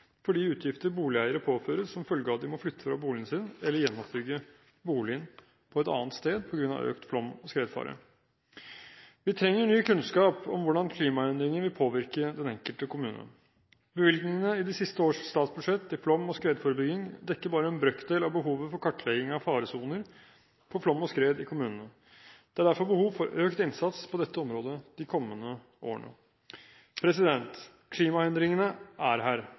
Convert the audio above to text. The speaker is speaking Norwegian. fordi det ikke lenger er trygt å bo der på grunn av klimaendringene. Høyre mener at kommunene må ta det økonomiske ansvaret – utover det forsikringsselskapene dekker – for de utgifter boligeiere påføres som følge av at de må flytte fra boligen sin eller gjenoppbygge boligen på et annet sted på grunn av økt flom- og skredfare. Vi trenger ny kunnskap om hvordan klimaendringer vil påvirke den enkelte kommune. Bevilgningene i de siste års statsbudsjett til flom- og skredforebygging dekker bare en brøkdel av behovet for kartlegging av faresoner for flom